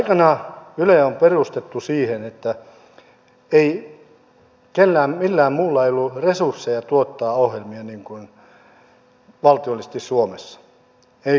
aikanaan yle on perustettu kun millään muulla ei ollut resursseja tuottaa ohjelmia valtiollisesti suomessa ei kaupallisesti eikä muuten